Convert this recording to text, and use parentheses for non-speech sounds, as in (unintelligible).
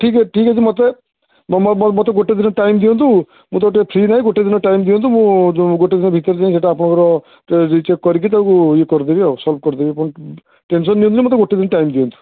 ଠିକ୍ ଅଛି ଠିକ୍ ଅଛି ମୋତେ ମୋତେ ଗୋଟେ ଦିନ ଟାଇମ୍ ଦିଅନ୍ତୁ ମୁଁ ତ (unintelligible) ଫ୍ରି ନାହିଁ ଗୋଟେ ଦିନ ଟାଇମ୍ ଦିଅନ୍ତୁ ମୁଁ ଯେଉଁ ଗୋଟେ ଦିନ ଭିତରେ ଯାଇ ସେଇଟା ଆପଣଙ୍କର ରିଚେକ୍ କରିକି ତାକୁ ଇଏ କରିଦେବି ଆଉ ସଲଭ୍ କରିଦେବି ଟେନସନ୍ ନିଅନ୍ତୁନି ମୋତେ ଗୋଟେ ଦିନ ଟାଇମ୍ ଦିଅନ୍ତୁ